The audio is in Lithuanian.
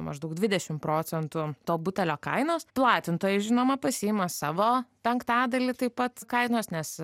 maždaug dvidešimt procentų to butelio kainos platintojai žinoma pasiima savo penktadalį taip pat kainos nes